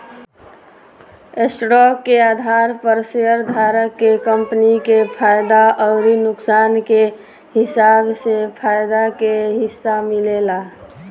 stock के आधार पर शेयरधारक के कंपनी के फायदा अउर नुकसान के हिसाब से फायदा के हिस्सा मिलेला